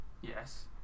Yes